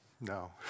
No